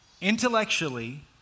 Intellectually